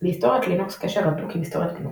להיסטוריית לינוקס קשר הדוק עם היסטורית גנו.